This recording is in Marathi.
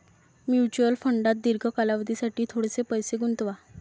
म्युच्युअल फंडात दीर्घ कालावधीसाठी थोडेसे पैसे गुंतवा